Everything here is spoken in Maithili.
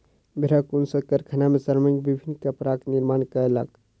भेड़क ऊन सॅ कारखाना में श्रमिक विभिन्न कपड़ाक निर्माण कयलक